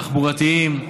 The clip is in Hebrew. תחבורתיים,